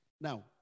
Now